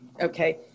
Okay